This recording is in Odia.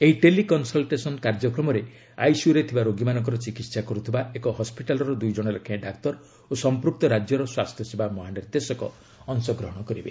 ଏହି ଟେଲି କନ୍ସଲ୍ଟେସନ୍ କାର୍ଯ୍ୟକ୍ରମରେ ଆଇସିୟୁରେ ଥିବା ରୋଗୀମାନଙ୍କର ଚିକିତ୍ସା କରୁଥିବା ଏକ ହସ୍ୱିଟାଲ୍ର ଦୁଇ ଜଣ ଲେଖାଏଁ ଡାକ୍ତର ଓ ସମ୍ପୃକ୍ତ ରାଜ୍ୟର ସ୍ୱାସ୍ଥ୍ୟସେବା ମହାନିର୍ଦ୍ଦେଶକ ଅଂଶଗ୍ରହଣ କରିବେ